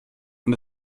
und